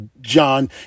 John